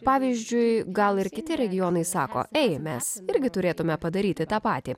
pavyzdžiui gal ir kiti regionai sako ei mes irgi turėtume padaryti tą patį